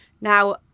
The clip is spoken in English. Now